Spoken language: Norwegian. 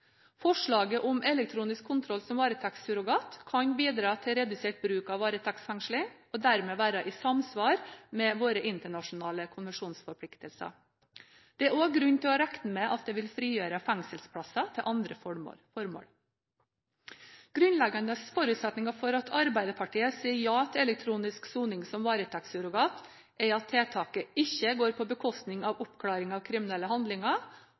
Forslaget om elektronisk kontroll som varetektssurrogat kan bidra til redusert bruk av varetektsfengsling og dermed være i samsvar med våre internasjonale konvensjonsforpliktelser. Det er også grunn til å regne med at det vil frigjøre fengselsplasser til andre formål. Grunnleggende forutsetninger for at Arbeiderpartiet sier ja til elektronisk soning som varetektssurrogat, er at tiltaket ikke går på bekostning av oppklaring av kriminelle handlinger